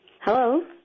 Hello